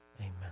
Amen